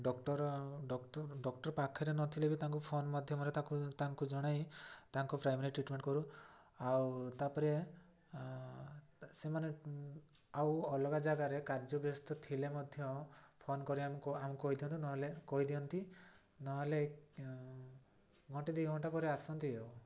doctor ପାଖରେ ନଥିଲେ ବି ତାଙ୍କୁ ଫୋନ୍ ମାଧ୍ୟମରେ ତାକୁ ତାଙ୍କୁ ଜଣାଇ ତାଙ୍କ ପ୍ରାଇମେରୀ ଟ୍ରିଟମେଣ୍ଟ କରୁ ଆଉ ତାପରେ ସେମାନେ ଆଉ ଅଲଗା ଜାଗାରେ କାର୍ଯ୍ୟ ବ୍ୟସ୍ତ ଥିଲେ ମଧ୍ୟ ଫୋନ୍ କରି ଆମେ ଆମକୁ କହିଦିଅନ୍ତୁ ନହେଲେ କହିଦିଅନ୍ତି ନହେଲେ ଘଣ୍ଟେ ଦୁଇ ଘଣ୍ଟା ପରେ ଆସନ୍ତି ଆଉ